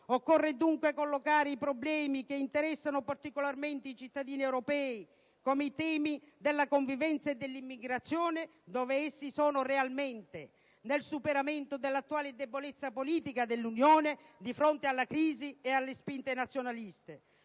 Occorre dunque collocare i problemi che interessano particolarmente i cittadini europei, come i temi della convivenza e dell'immigrazione, dove essi sono realmente: nel superamento dell'attuale debolezza politica dell'Unione di fronte alla crisi e alle spinte nazionaliste.